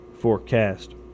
forecast